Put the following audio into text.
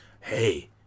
Hey